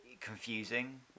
confusing